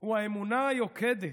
הוא האמונה היוקדת,